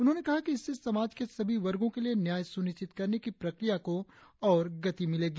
उन्होंने कहा कि इससे समाज के सभी वर्गों के लिए न्याय सुनिश्चित करने की प्रक्रिया को और गति मिलेगी